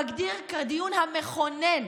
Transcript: מגדיר כדיון המכונן,